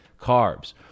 carbs